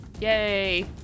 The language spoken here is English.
Yay